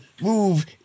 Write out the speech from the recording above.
move